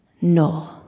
no